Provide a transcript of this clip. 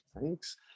Thanks